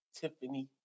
Tiffany